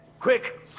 Quick